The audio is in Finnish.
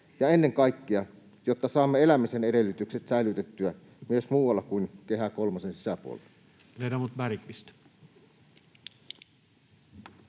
ja ennen kaikkea sitä, että saamme elämisen edellytykset säilytettyä myös muualla kuin Kehä kolmosen sisäpuolella.